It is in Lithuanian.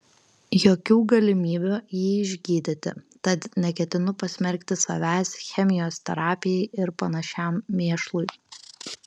jokių galimybių jį išgydyti tad neketinu pasmerkti savęs chemijos terapijai ir panašiam mėšlui